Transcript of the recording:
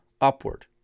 upward